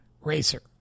racer